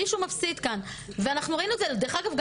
מישהו מפסיד כאן ואנחנו ראינו את זה גם דרך אגב,